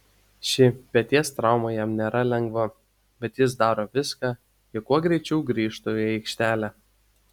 ši peties trauma jam nėra lengva bet jis daro viską jog kuo greičiau grįžtų į aikštelę